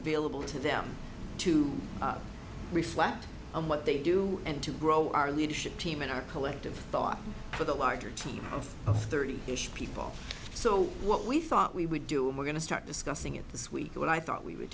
available to them to reflect on what they do and to grow our leadership team and our collective thought for the larger team of of thirty ish people so what we thought we would do and we're going to start discussing it this week or what i thought we would